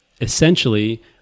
essentially